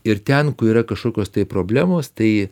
ir ten kur yra kažkokios tai problemos tai